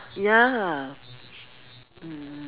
ya mm